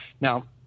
Now